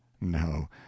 no